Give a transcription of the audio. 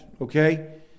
okay